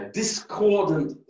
discordant